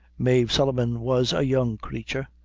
mave sullivan was a young creature,